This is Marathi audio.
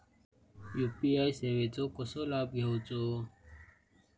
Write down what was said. यू.पी.आय सेवाचो कसो लाभ घेवचो?